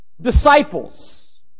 disciples